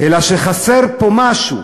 אלא שחסר פה משהו.